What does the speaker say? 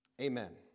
Amen